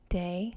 day